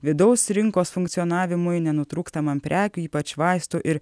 vidaus rinkos funkcionavimui nenutrūkstamam prekių ypač vaistų ir